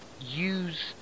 use